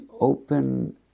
open